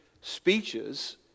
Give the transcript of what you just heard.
speeches